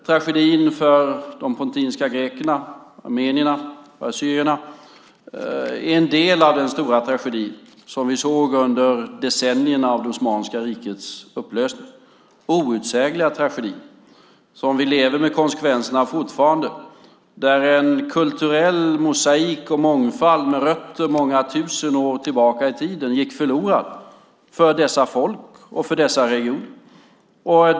Tragedin för de pontiska grekerna, armenierna och assyrierna är en del av den stora tragedi som vi såg under decennierna av det osmanska rikets upplösning, outsägliga tragedier som vi lever med konsekvenserna av fortfarande. Där gick en kulturell mosaik och mångfald med rötter många tusen år tillbaka i tiden förlorad för dessa folk och för dessa regioner.